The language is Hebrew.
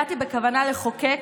הגעתי בכוונה לחוקק,